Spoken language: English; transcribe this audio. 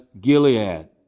Gilead